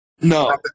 No